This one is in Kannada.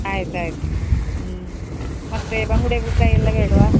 ಆಯ್ತು ಆಯಿತು ಹ್ಞೂ ಮತ್ತು ಬಂಗುಡೆ ಬೂತಾಯಿ ಎಲ್ಲ ಬೇಡವಾ